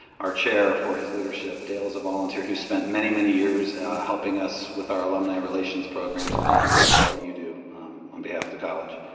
our chair, for his leadership. dale is a volunteer who spent many, many years helping us with our alumni relations program. so thank you, dale, for all that you do on behalf of the college.